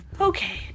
Okay